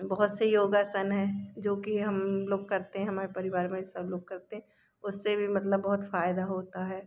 बहुत से योगासन हैं जो कि हम लोग करते हैं हमारे परिवार में सब लोग करते हैं उससे भी मतलब बहुत फ़ायदा होता है